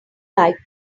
like